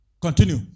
Continue